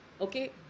Okay